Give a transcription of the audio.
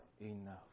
enough